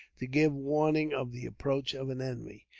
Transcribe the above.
to give warning of the approach of an enemy.